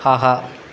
ஆஹா